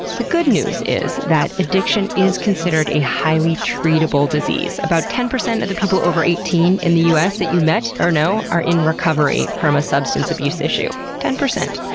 the good news is that addiction is considered a highly treatable disease. about ten percent of people over eighteen in the us that you met or know are in recovery from a substance abuse issue. ten percent!